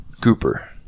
Cooper